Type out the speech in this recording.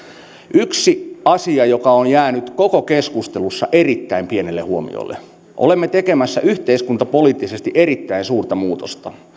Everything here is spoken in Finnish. yksi asia joka on jäänyt koko keskustelussa erittäin pienelle huomiolle olemme tekemässä yhteiskuntapoliittisesti erittäin suurta muutosta